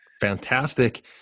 Fantastic